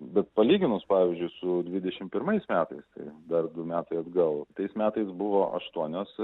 bet palyginus pavyzdžiui su dvidešim pirmais metais tai dar du metai atgal tais metais buvo aštuonios